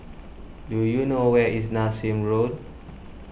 do you know where is Nassim Road